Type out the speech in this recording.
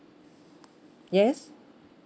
yes